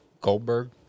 Goldberg